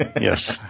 Yes